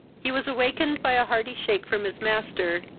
he was awakened by a hearty shake from his master,